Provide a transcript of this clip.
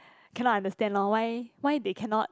cannot understand lor why why they cannot